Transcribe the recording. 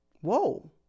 whoa